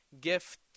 gift